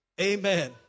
Amen